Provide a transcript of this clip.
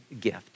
gift